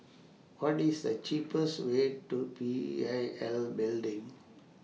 What IS The cheapest Way to P I L Building